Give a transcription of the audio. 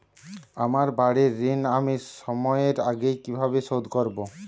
আমার বাড়ীর ঋণ আমি সময়ের আগেই কিভাবে শোধ করবো?